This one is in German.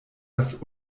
das